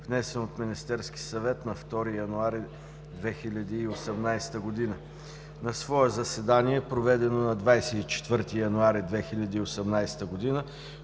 внесен от Министерски съвет нa 2 януари 2018 г. На свое заседание, проведено на 24 януари 2018 г.,